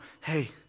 hey